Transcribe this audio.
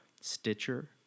Stitcher